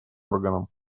органом